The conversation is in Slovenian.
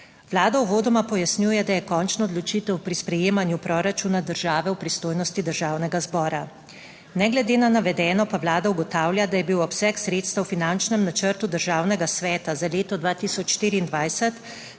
Vlada uvodoma pojasnjuje, da je končna odločitev pri sprejemanju proračuna države v pristojnosti Državnega zbora. Ne glede na navedeno pa Vlada ugotavlja, da je bil obseg sredstev v finančnem načrtu Državnega sveta za leto 2024